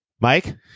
Mike